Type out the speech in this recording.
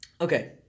Okay